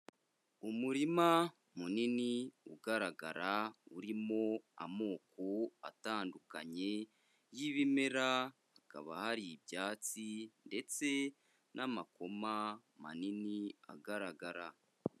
Umurima munini ugaragara urimo amoko atandukanye y'ibimera, hakaba hari ibyatsi ndetse n'amakoma manini agaragara.